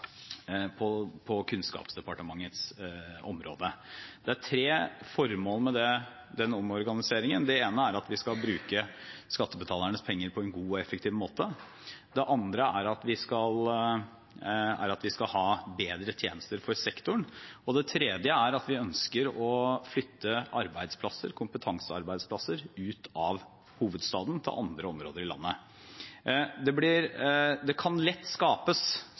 på Kunnskapsdepartementets område: Det er tre formål med den omorganiseringen. Det ene er at vi skal bruke skattebetalernes penger på en god og effektiv måte. Det andre er at vi skal ha bedre tjenester for sektoren. Det tredje er at vi ønsker å flytte kompetansearbeidsplasser ut av hovedstaden til andre områder i landet. Det kan lett skapes